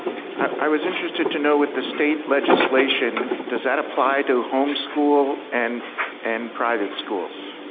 i was interested to know with the state legislation, does that apply to homeschool and and private schools?